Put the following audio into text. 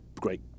great